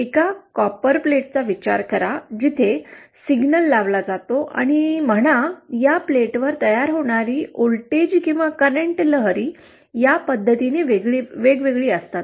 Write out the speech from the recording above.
एका कॉपरप्लेटचा विचार करा जिथे सिग्नल लावला जातो आणि म्हणा की या प्लेटवर तयार होणारी व्होल्टेज किंवा करंट लहरी या पद्धतीने वेगवेगळी असतात